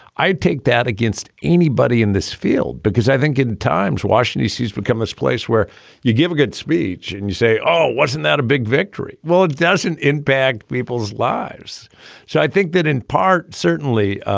i'd take that against anybody in this field because i think in times watching issues become this place where you give a good speech and you say oh wasn't that a big victory. well it doesn't impact people's lives so i think that in part certainly